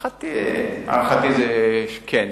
להערכתי זה, כן.